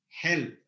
help